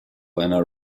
einer